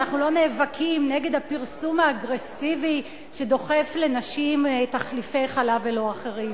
אנחנו לא נאבקים נגד הפרסום האגרסיבי שדוחף לנשים תחליפי חלב ולא אחרים.